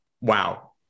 Wow